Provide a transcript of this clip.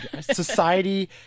Society